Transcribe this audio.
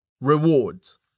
Rewards